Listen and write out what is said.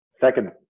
second